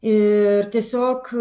ir tiesiog